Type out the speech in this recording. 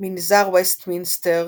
מנזר וסטמינסטר